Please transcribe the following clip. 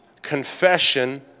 Confession